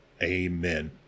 amen